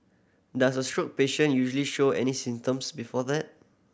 does a stroke patient usually show any symptoms before that